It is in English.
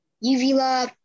Uvula